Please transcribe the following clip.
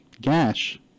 Gash